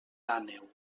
àneu